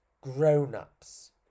grown-ups